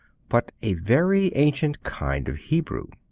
but a very ancient kind of hebrew.